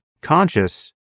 conscious